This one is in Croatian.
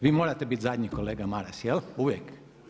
Vi morate biti zadnji kolega Maras, jel, uvijek?